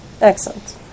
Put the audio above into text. Excellent